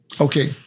Okay